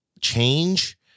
change